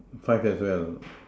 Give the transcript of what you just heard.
five as well